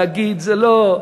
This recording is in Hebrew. להגיד: זה לא,